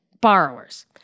borrowers